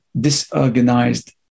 disorganized